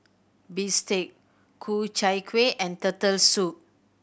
bistake Ku Chai Kueh and Turtle Soup